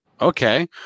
Okay